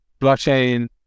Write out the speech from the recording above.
Blockchain